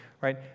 right